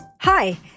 Hi